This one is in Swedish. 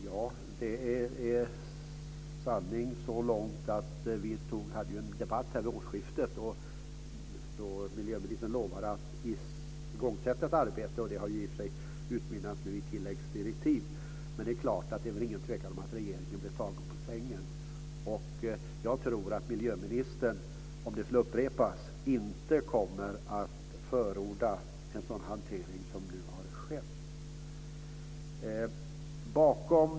Ja, det är sanning så långt att vi hade en debatt här vid årsskiftet då miljöministern lovade att igångsätta ett arbete. Det har i och för sig nu utmynnat i tilläggsdirektiv, men det är klart att det inte är någon tvekan om att regeringen blev tagen på sängen. Om det skulle upprepas tror jag inte att miljöministern skulle förorda en sådan hantering som nu har skett.